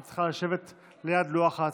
את צריכה לשבת ליד לוח ההצבעות.